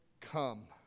come